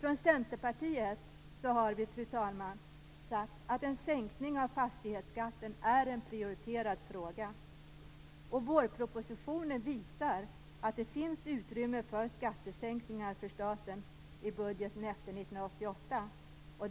Från Centerpartiets sida har vi sagt att en sänkning av fastighetsskatten är en prioriterad fråga. Vårpropositionen visar att det finns utrymme för skattesänkningar för staten i budgeten efter 1998.